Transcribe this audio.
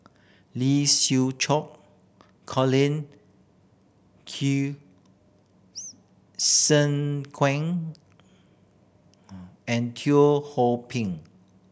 Lee Siew Choh Colin Q Zhe Quan and Teo Ho Pin